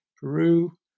Peru